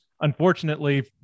unfortunately